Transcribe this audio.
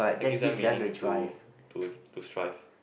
that gives them meaning to to to strive